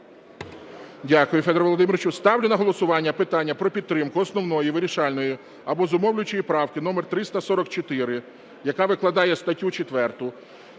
Дякую, Федоре Володимировичу. Ставлю на голосування питання про підтримку основної вирішальної або зумовлюючої правки номер 344, яка викладає статтю 4